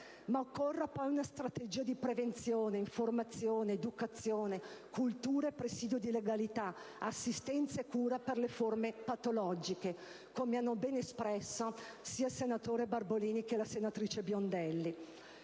Ma occorre poi una strategia di prevenzione, informazione, educazione, cultura e presidio di legalità, assistenza e cura per le forme patologiche, come hanno ben espresso sia il senatore Barbolini che la senatrice Biondelli.